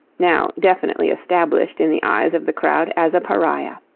now definitely established in the eyes of the crowd as a pariah.